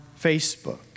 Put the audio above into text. Facebook